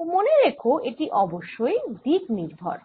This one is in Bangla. ও মনে রেখো এটি অবশ্যই দিক নির্ভর